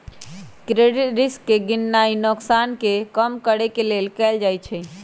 credit risk के गीणनाइ नोकसान के कम करेके लेल कएल जाइ छइ